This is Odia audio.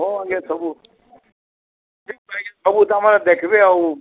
ହଁ ଆଜ୍ଞା ସବୁ ସବୁ ତା'ର୍ମାନେ ଦେଖ୍ବେ ଆଉ